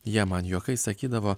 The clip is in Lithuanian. jie man juokais sakydavo